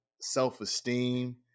self-esteem